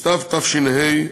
בסתיו תש"ה,